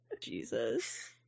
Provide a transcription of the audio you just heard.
Jesus